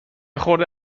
خورده